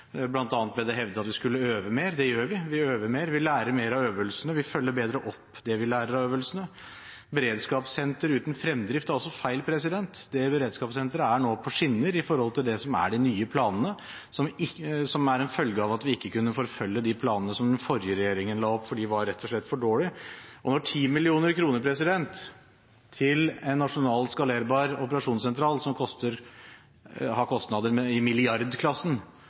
ble det hevdet at vi skulle øve mer, og det gjør vi: Vi øver mer, vi lærer mer av øvelsene, og vi følger bedre opp det vi lærer av øvelsene. At beredskapssenteret er uten fremdrift, er også feil. Det beredskapssenteret er nå på skinner i forhold til de nye planene, som er en følge av at vi ikke kunne følge de planene som den forrige regjeringen la opp, for de var rett og slett for dårlige. Når 10 mill. kr til en nasjonal skalerbar operasjonssentral som har kostnader i milliardklassen,